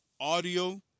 audio